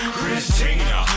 Christina